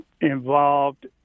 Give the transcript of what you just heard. involved